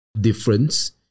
difference